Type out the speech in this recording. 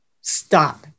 stop